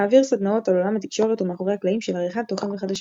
מעביר סדנאות על עולם התקשורת ומאחורי הקלעים של עריכת תוכן וחדשות.